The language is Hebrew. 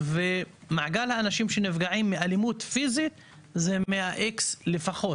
ומעגל האנשים שנפגעים מאלימות פיזית זה X100 לפחות.